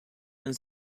and